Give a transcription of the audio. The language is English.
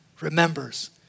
remembers